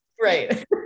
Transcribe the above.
right